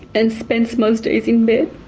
and spends most days in bed.